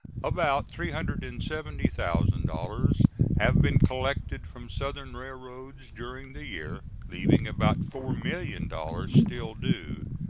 about three hundred and seventy thousand dollars have been collected from southern railroads during the year, leaving about four million dollars still due.